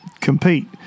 compete